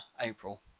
April